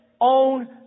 own